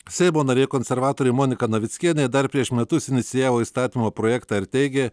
seimo narė konservatorė monika navickienė dar prieš metus inicijavo įstatymo projektą ir teigė